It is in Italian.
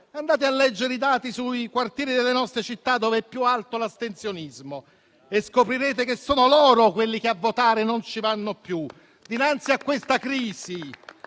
Andate a leggere i dati sui quartieri delle nostre città dov'è più alto l'astensionismo e scoprirete che sono loro quelli che a votare non ci vanno più. Dinanzi a questa crisi